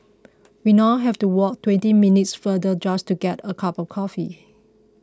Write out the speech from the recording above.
we now have to walk twenty minutes further just to get a cup of coffee